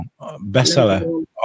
bestseller